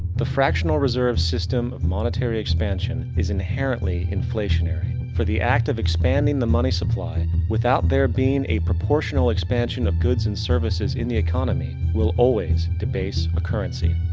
the fractional reserve system of monetary expansion is inherently inflationary. for the act of expanding the money supply, without there being a proportional expansion of goods and services in the economy, will always debase a currency.